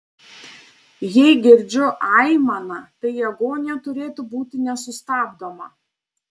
jei girdžiu aimaną tai agonija turėtų būti nesustabdoma